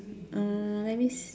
uh let me